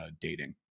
dating